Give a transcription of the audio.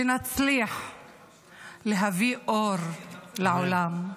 שנצליח להביא אור לעולם.